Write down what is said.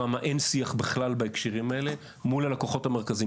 לא מתקיים שום שיח מול ה- ״לקוחות המרכזיים״.